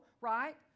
right